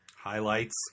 highlights